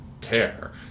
care